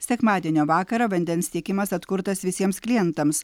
sekmadienio vakarą vandens tiekimas atkurtas visiems klientams